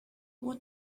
what